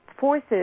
forces